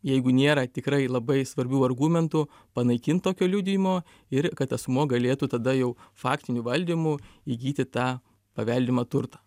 jeigu nėra tikrai labai svarbių argumentų panaikint tokio liudijimo ir kad asmuo galėtų tada jau faktiniu valdymu įgyti tą paveldimą turtą